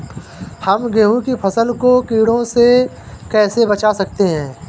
हम गेहूँ की फसल को कीड़ों से कैसे बचा सकते हैं?